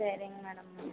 சரிங்க மேடம்